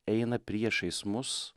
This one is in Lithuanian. eina priešais mus